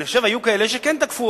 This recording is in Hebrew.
אני חושב, היו כאלה שכן תקפו.